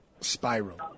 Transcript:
spiral